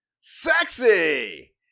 sexy